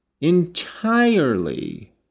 entirely